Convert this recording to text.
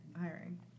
hiring